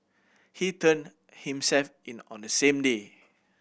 he turned himself in on the same day